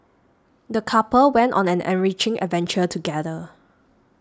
the couple went on an enriching adventure together